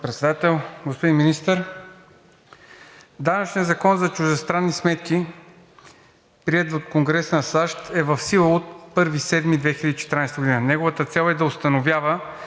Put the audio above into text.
Председател! Господин Министър, данъчният закон за чуждестранни сметки, приет от Конгреса на САЩ, е в сила от 1 юли 2014 г. Неговата цел е да установява,